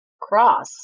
cross